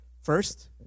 first